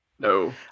No